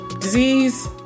Disease